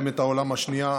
השנייה,